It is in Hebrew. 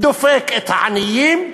דופק את העניים,